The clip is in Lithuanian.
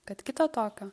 kad kito tokio